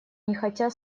нехотя